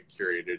curated